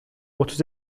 otuz